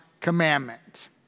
commandment